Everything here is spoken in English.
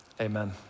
amen